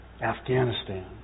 Afghanistan